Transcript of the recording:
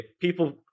people